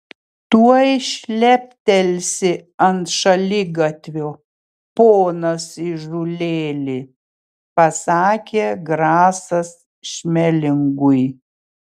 tuoj šleptelsi ant šaligatvio ponas įžūlėli pasakė grasas šmelingui